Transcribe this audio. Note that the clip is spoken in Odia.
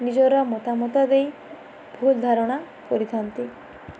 ନିଜର ମତାମତ ଦେଇ ଭୁଲ୍ ଧାରଣା କରିଥାନ୍ତି